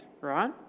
right